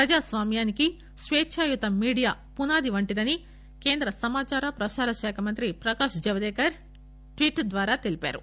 ప్రజాస్వామ్యానికి స్వేచ్చాయుత మీడియా పునాది వంటిదని కేంద్ర సమాచార ప్రసార శాఖ మంత్రి ప్రకాశ్ జవదేకర్ ట్వీట్ ద్వారా తెలిపారు